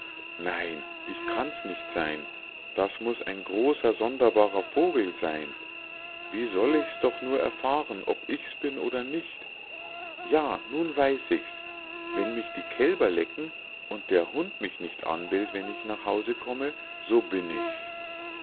nein ich kann's nicht sein das muß ein großer sonderbarer vogel sein wie soll ich's doch nur erfahren ob ich's bin oder nicht ja nun weiß ich's wenn mich die kälber lecken und der hund mich nicht anbellt wenn ich nach hause komme so bin ich's